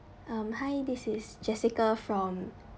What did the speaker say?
um hi this is jessica from